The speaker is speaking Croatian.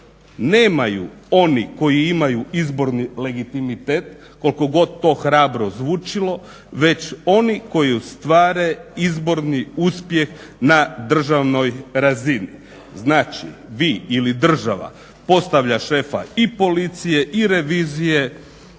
nemaju oni koji imaju izborni legitimitet koliko god to hrabro zvučalo, već oni koji ostvare izborni uspjeh na državnoj razini. Znači, vi ili država postavlja šefa i policije, i revizije,